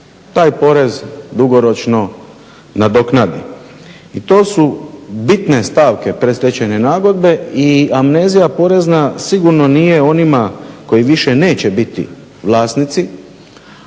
taj porez dugoročno nadoknadi. I to su bitne stavke predstečajne nagodbe i amnezija porezna sigurno nije onima koji više neće biti vlasnici,